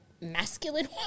masculine